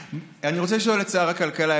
אני רוצה לשאול את שר הכלכלה,